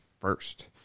first